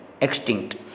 Extinct